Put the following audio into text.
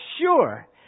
sure